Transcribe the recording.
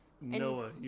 Noah